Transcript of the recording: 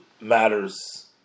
matters